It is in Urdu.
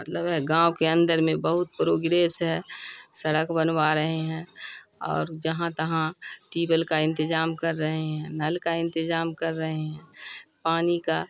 مطلب ہے گاؤں کے اندر میں بہت پروگریس ہے سڑک بنوا رہے ہیں اور جہاں تہاں ٹیبل کا انتظام کر رہے ہیں نل کا انتظام کر رہے ہیں پانی کا